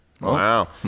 wow